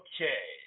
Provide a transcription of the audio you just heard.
Okay